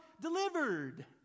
delivered